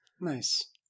Nice